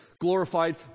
glorified